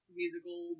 musical